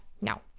now